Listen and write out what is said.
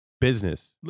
business